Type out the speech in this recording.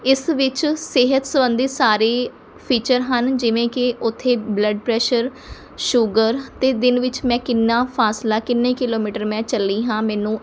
ਇਸ ਵਿੱਚ ਸਿਹਤ ਸੰਬੰਧੀ ਸਾਰੇ ਫੀਚਰ ਹਨ ਜਿਵੇਂ ਕਿ ਉੱਥੇ ਬਲੱਡ ਪ੍ਰੈਸ਼ਰ ਸ਼ੂਗਰ ਅਤੇ ਦਿਨ ਵਿੱਚ ਮੈਂ ਕਿੰਨਾ ਫਾਸਲਾ ਕਿੰਨੇ ਕਿਲੋਮੀਟਰ ਮੈਂ ਚੱਲੀ ਹਾਂ ਮੈਨੂੰ